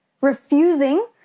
refusing